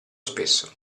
spesso